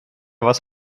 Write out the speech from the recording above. was